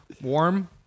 warm